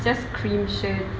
it's just green shirt